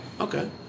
Okay